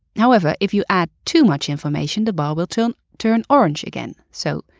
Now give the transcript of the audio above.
however, if you add too much information, the bar will turn turn orange again. so,